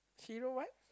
Hero what